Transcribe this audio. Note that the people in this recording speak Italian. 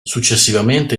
successivamente